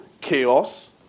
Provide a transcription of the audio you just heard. chaos